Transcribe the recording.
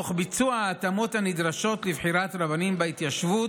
תוך ביצוע ההתאמות הנדרשות לבחירת רבנים בהתיישבות